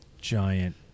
Giant